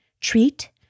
treat